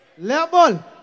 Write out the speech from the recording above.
Level